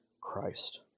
Christ